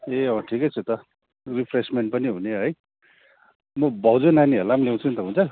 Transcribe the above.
ए अँ ठिकै छ त रिफ्रेसमेन्ट पनि हुने है म भाउजू नानीहरूलाई पनि ल्याउँछु नि त हुन्छ